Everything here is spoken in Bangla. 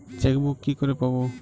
চেকবুক কি করে পাবো?